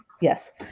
Yes